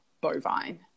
bovine